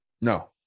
no